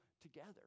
together